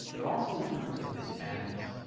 but also in terms of hispanics.